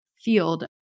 field